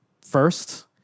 first